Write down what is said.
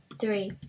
three